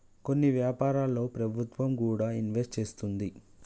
కొన్ని వ్యాపారాల్లో ప్రభుత్వం కూడా ఇన్వెస్ట్ చేస్తుంది